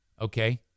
okay